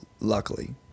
luckily